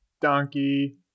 donkey